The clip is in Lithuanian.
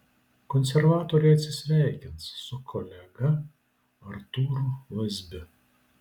konservatoriai atsisveikins su kolega artūru vazbiu